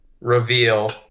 reveal